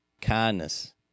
kindness